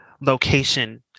location